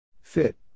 Fit